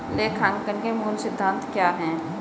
लेखांकन के मूल सिद्धांत क्या हैं?